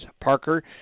Parker